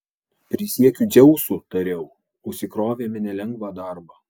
prisiekiu dzeusu tariau užsikrovėme nelengvą darbą